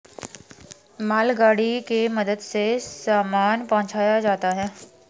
मालगाड़ी के मदद से सामान पहुंचाया जाता है